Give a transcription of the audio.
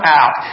out